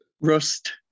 rust